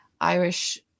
Irish